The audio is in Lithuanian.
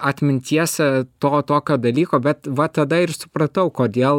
atminties to tokio dalyko bet va tada ir supratau kodėl